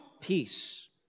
peace